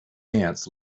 ants